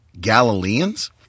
Galileans